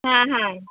हां हां